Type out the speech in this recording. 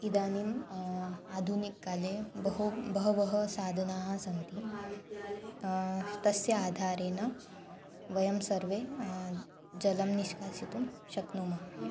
इदानीम् आधुनिककाले बहूनि बहूनि साधनानि सन्ति तस्य आधारेण वयं सर्वे जलं निष्कासयितुं शक्नुमः